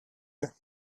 you